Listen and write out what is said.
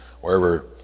wherever